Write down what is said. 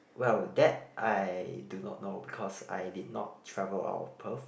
well that I do not know because I did not travel out of Perth